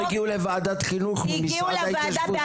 אבל ההוראות לא הגיעו לוועדת החינוך במשרד ההתיישבות.